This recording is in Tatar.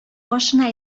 башына